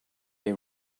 they